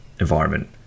environment